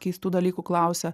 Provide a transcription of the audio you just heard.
keistų dalykų klausia